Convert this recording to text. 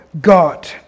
God